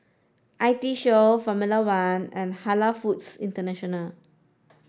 I T Show Formula One and Halal Foods International